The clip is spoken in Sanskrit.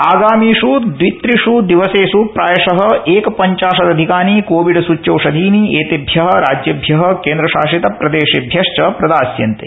आगामीष् दवित्रीष् दिवसेस् प्रायशः एकपंचाशदधिकानि कोविडसूच्यौषधीनि एतेभ्यः राज्येभ्यः केन्द्रशासितप्रदेशेभ्यश्च प्रदास्यन्ते